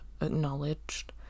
acknowledged